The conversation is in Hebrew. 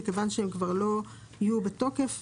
מכיוון שהם כבר לא יהיו בתוקף,